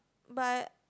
but